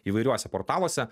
įvairiuose portaluose